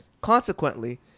Consequently